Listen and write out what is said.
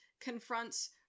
confronts